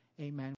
Amen